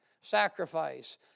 sacrifice